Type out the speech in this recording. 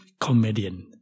comedian